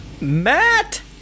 Matt